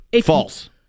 false